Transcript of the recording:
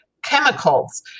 chemicals